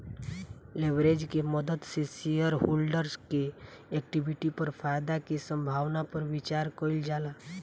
leverage के मदद से शेयरहोल्डर्स के इक्विटी पर फायदा के संभावना पर विचार कइल जाला